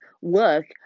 work